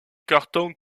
cartons